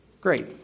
Great